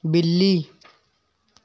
बिल्ली